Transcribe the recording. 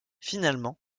finalement